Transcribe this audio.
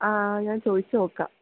ആ ഞാൻ ചോദിച്ച് നോക്കാം